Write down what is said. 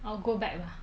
I will go back lah